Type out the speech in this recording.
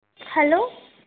hello